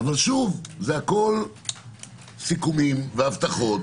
אבל זה הכול סיכומים והבטחות